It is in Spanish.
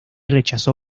rechazó